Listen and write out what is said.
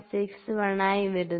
61 ആയി വരുന്നു